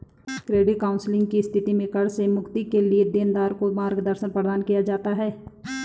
credit counselling की स्थिति में कर्ज से मुक्ति के लिए देनदार को मार्गदर्शन प्रदान किया जाता है